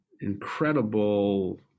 incredible